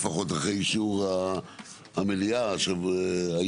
לפחות אחרי אישור המליאה היום.